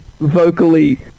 vocally